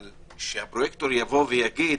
אבל שהפרויקטור יגיד: